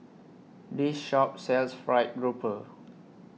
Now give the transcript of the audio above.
This Shop sells Fried Grouper